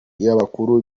y’abakuru